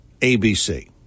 ABC